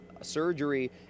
surgery